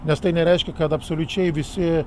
nes tai nereiškia kad absoliučiai visi